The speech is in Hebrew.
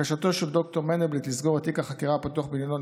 "בקשתו של ד"ר מנדלבליט לסגור את תיק החקירה הפתוח בעניינו,